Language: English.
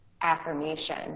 affirmation